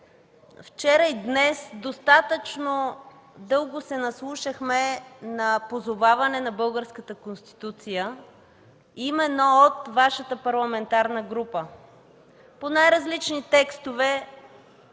вчера и днес достатъчно дълго се наслушахме на позоваване на Българската конституция именно от Вашата парламентарна група по най-различни текстове